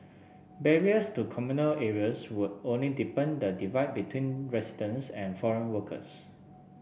barriers to communal areas would only deepen the divide between residents and foreign workers